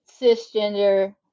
cisgender